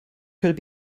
could